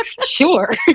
Sure